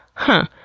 huh,